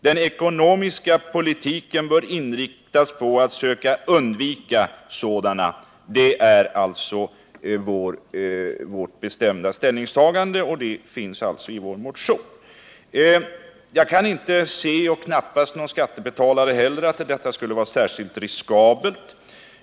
Den ekonomiska politiken bör inriktas på att söka undvika sådana.” Det är vårt bestämda ställningstagande, och det finns alltså också i vår motion. Jag kan inte se — och det kan knappast någon skattebetalare heller — att detta skulle vara särskilt riskabelt.